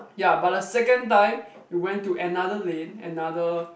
ya but the second time we went to another lane another